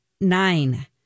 nine